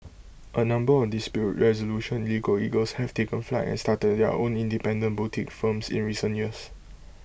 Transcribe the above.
A number of dispute resolution legal eagles have taken flight and started their own independent boutique firms in recent years